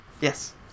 yes